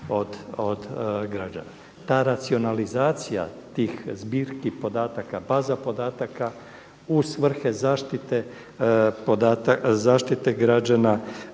od građana. Ta racionalizacija tih zbirki podataka, baza podataka u svrhe zaštite građana